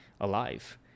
alive